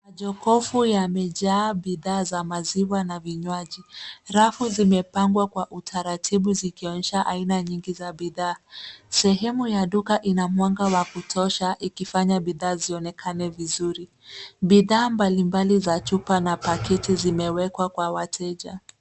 Majokofu yamejaa bidhaa za maziwa na vinywaji. Rafu zimepangwa kwa utaratibu zikionyesha aina nyingi za bidhaa. Sehemu ya duka ina mwanga wa kutosha ikifanya bidhaa zionekane vizuri. Bidhaa mbalimbali za chupa na paketi zimewekwa kwa wateja.